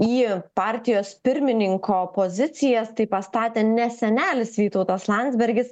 į partijos pirmininko pozicijas tai pastatė ne senelis vytautas landsbergis